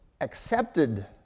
accepted